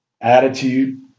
attitude